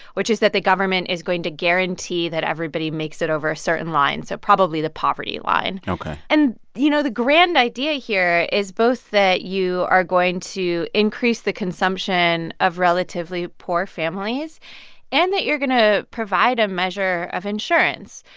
which is that the government is going to guarantee that everybody makes it over a certain line so probably the poverty line ok and, you know, the grand idea here is both that you are going to increase the consumption of relatively poor families and that you're going to provide a measure of insurance.